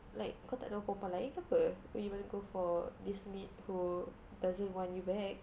like kau tak ada perempuan lain ke apa that you want to go for this maid who doesn't want you back